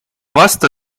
vastu